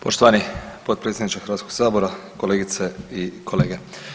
Poštovani potpredsjedniče Hrvatskoga sabra, kolegice i kolege.